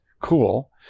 cool